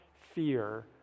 fear